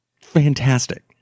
Fantastic